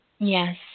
Yes